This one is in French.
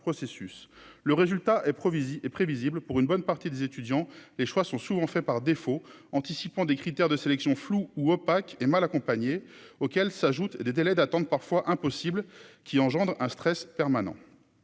Provisy et prévisible pour une bonne partie des étudiants, les choix sont souvent faits par défaut, anticipant des critères de sélection flou ou opaques et mal accompagné, auxquels s'ajoutent des délais d'attente parfois impossible qui engendre un stress permanent.